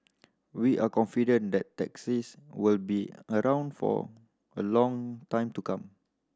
we are confident that taxis will be around for a long time to come